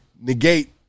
negate